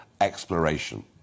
exploration